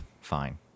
Fine